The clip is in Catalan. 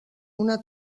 una